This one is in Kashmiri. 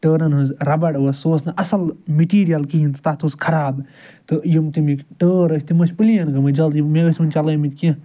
ٹٲرَن ہنٛز رَبر ٲسۍ سُہ اوس نہٕ اصٕل میٚٹیٖریَل کِہیٖنۍ تہٕ تَتھ اوس خراب تہٕ یم تَمِکۍ ٹٲر ٲسۍ تِم ٲسۍ پٕلین گٔمٕتۍ جلدی مےٚ ٲسۍ وُنہِ چَلٲومٕتۍ کیٚنٛہہ